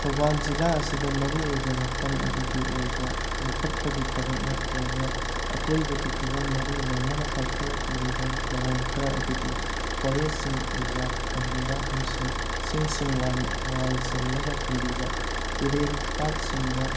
ꯊꯧꯕꯥꯜ ꯖꯤꯂꯥ ꯑꯁꯤꯗ ꯃꯔꯨꯑꯣꯏꯕ ꯃꯐꯝ ꯑꯗꯨꯒꯤ ꯑꯣꯏꯕ ꯌꯣꯛꯈꯠꯄꯒꯤ ꯊꯕꯛ ꯅꯠꯇ꯭ꯔꯒ ꯑꯀꯣꯏꯕꯒꯤ ꯐꯤꯕꯝ ꯃꯔꯤ ꯂꯩꯅꯅ ꯄꯥꯏꯈꯠꯂꯛꯂꯤꯕ ꯊꯧꯋꯣꯡ ꯈꯔ ꯑꯗꯨꯗꯤ ꯐꯣꯔꯦꯁꯁꯤꯡ ꯔꯤꯖꯥꯔꯞ ꯑꯣꯏꯍꯟꯕ ꯑꯃꯁꯨꯡ ꯆꯤꯡꯁꯤꯡ ꯋꯥꯜ ꯆꯜꯂꯒ ꯊꯝꯕꯤꯕ ꯇꯨꯔꯦꯜ ꯄꯥꯠꯁꯤꯡꯗ